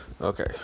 okay